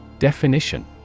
Definition